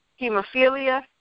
hemophilia